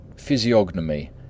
physiognomy